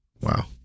Wow